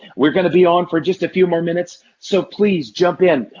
we're going to be on for just a few more minutes. so please jump in.